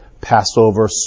Passover